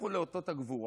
לכו לאותות הגבורה